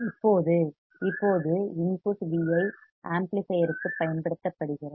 இப்போது இப்போது input Vi ஆம்ப்ளிபையர்க்கு பயன்படுத்தப்படுகிறது